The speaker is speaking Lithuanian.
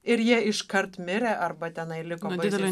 ir jie iškart mirė arba tenai liko didelė